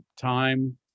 time